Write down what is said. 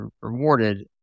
rewarded